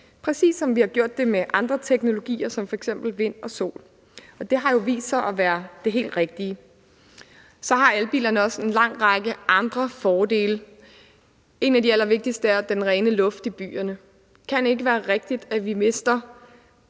præcis som vi har gjort det med andre teknologier som f.eks. vind og sol, og det har jo vist sig at være det helt rigtige. Så har elbilerne også en lang række andre fordele. En af de allervigtigste er den rene luft i byerne. Det kan ikke være rigtigt, at vi mister